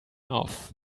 off